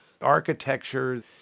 architecture